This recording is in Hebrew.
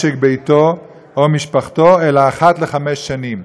משק-ביתו או משפחתו, אלא אחת לחמש שנים.